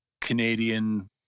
Canadian